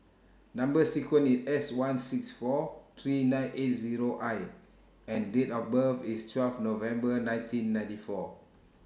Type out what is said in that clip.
Number sequence IS S one six four three nine eight Zero I and Date of birth IS twelve November nineteen ninety four